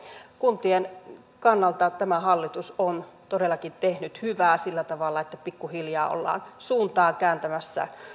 kuntien kannalta tämä hallitus on todellakin tehnyt hyvää sillä tavalla että pikkuhiljaa ollaan suuntaa kääntämässä